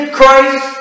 Christ